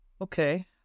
Okay